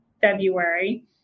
February